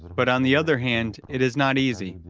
but on the other hand, it is not easy.